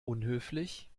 unhöflich